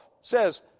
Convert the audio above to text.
says